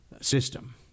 system